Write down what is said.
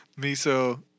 Miso